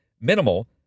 minimal